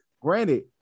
granted